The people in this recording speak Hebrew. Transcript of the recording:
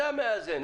זה המאזן.